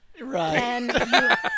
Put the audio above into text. Right